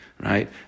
right